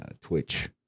twitch